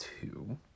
two